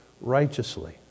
righteously